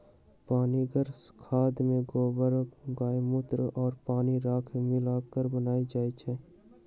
पनीगर खाद में गोबर गायमुत्र आ पानी राख मिला क बनाएल जाइ छइ